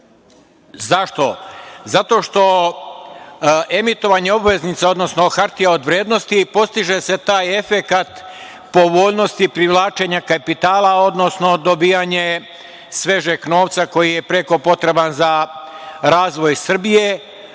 Zašto? Zato što emitovanjem obveznica, odnosno hartija od vrednosti postiže se taj efekat povoljnosti privlačenja kapitala, odnosno dobijanje svežeg novca koji je preko potreban za razvoj Srbije,